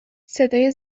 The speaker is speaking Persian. صدای